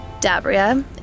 Dabria